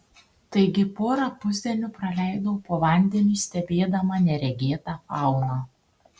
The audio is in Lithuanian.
taigi porą pusdienių praleidau po vandeniu stebėdama neregėtą fauną